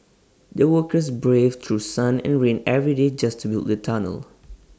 the workers braved through sun and rain every day just to build the tunnel